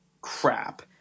crap